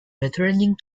returning